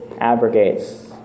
abrogates